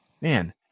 man